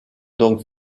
donc